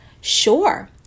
Sure